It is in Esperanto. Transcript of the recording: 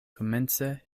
komence